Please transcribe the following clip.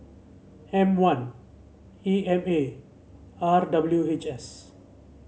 M one E M A and R W H S